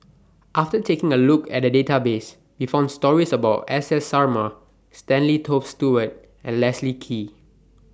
after taking A Look At The Database We found stories about S S Sarma Stanley Toft Stewart and Leslie Kee